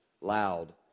loud